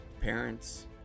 parents